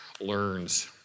learns